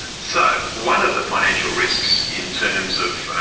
and so one of the financial risks in terms of